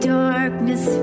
darkness